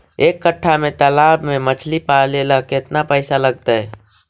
एक कट्ठा के तालाब में मछली पाले ल केतना पैसा लगतै?